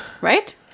Right